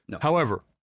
however-